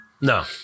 No